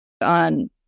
on